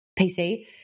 PC